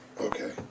Okay